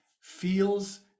feels